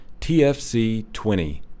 tfc20